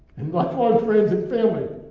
and lifelong friends and family